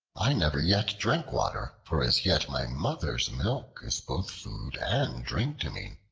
i never yet drank water, for as yet my mother's milk is both food and drink to me.